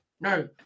no